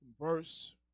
verse